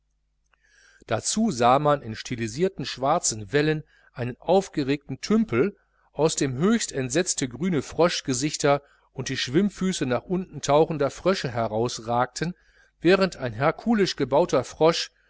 dazu sah man in stilisierten schwarzen wellen einen aufgeregten tümpel aus dem höchst entsetzte grüne froschgesichter und die schwimmfüße nach unten tauchender frösche herausragten während ein herkulisch gebauter frosch